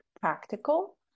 practical